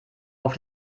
auf